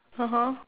(uh huh)